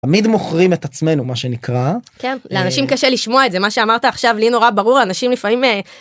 תמיד מוכרים את עצמנו מה שנקרא כן לאנשים קשה לשמוע את זה מה שאמרת עכשיו לי נורא ברור אנשים לפעמים.